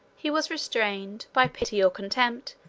he was restrained, by pity or contempt,